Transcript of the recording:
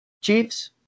Chiefs